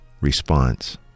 response